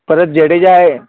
परत जडेजा आहे